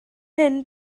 hyn